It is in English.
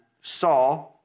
saw